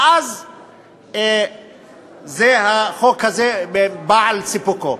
ואז החוק הזה בא על סיפוקו.